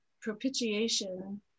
propitiation